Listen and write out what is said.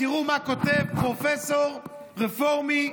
תראו מה כותב פרופסור רפורמי,